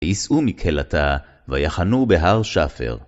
ויסעו מקהלתה, ויחנו בהר שפר.